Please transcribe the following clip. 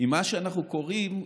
היא מה שאנחנו קוראים,